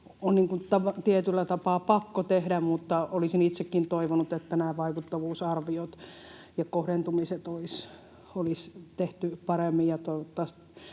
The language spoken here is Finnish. on tietyllä tapaa pakko tehdä, mutta olisin itsekin toivonut, että nämä vaikuttavuusarviot ja kohdentumiset olisi tehty paremmin,